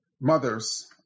mothers